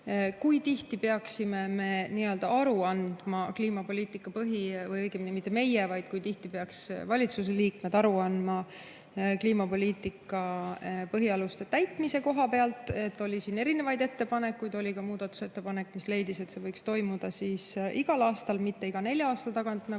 Kui tihti peaksime me aru andma ... või õigemini mitte meie, vaid kui tihti peaks valitsusliikmed aru andma kliimapoliitika põhialuste täitmise koha pealt? Oli erinevaid ettepanekuid, oli ka muudatusettepanek, mis leidis, et see võiks toimuda igal aastal, mitte iga nelja aasta tagant,